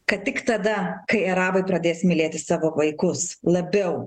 kad tik tada kai arabai pradės mylėti savo vaikus labiau